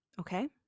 Okay